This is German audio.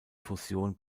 fusion